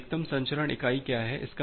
तो अधिकतम संचरण इकाई क्या है